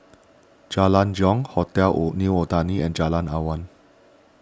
Jalan Jong Hotel Own New Otani and Jalan Awan